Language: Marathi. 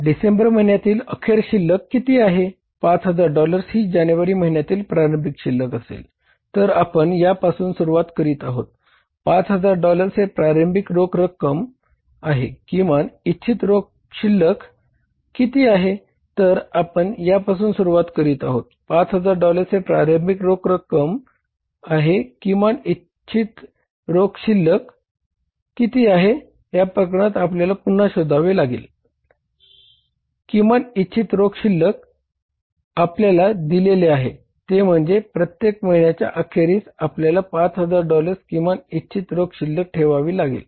डिसेंबर महिन्यातील अखेर शिल्लक आपल्याला दिलेले आहे ते म्हणजे प्रत्येक महिन्याच्या अखेरीस आपल्याला 5000 डॉलर्स किमान इच्छित रोख शिल्लक ठेवावी लागेल